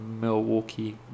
Milwaukee